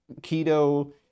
keto